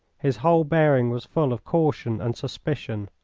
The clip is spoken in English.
his whole bearing was full of caution and suspicion.